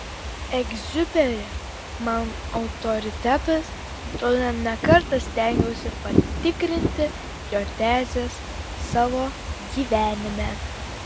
egziuperi man autoritetas todėl ne kartą stengiausi patikrinti jo tezes savo gyvenime